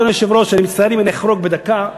אדוני היושב-ראש, אני מצטער אם אני אחרוג בדקה.